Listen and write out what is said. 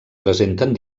presenten